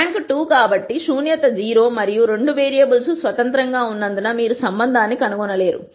rank 2 కాబట్టి శూన్యత 0 మరియు రెండు వేరియబుల్స్ స్వతంత్రంగా ఉన్నందున మీరు సంబంధాన్ని కనుగొనలేరు